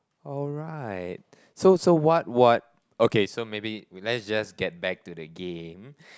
alright so so what what okay so maybe we let's just get back to the game